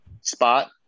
spot